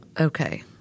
Okay